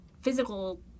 physical